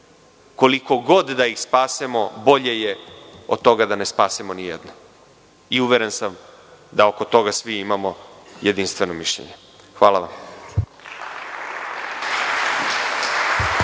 Koliko god da ih spasimo bolje je nego da ne spasemo ni jedno. Uveren sam da oko toga svi imamo jedinstven stav. Hvala.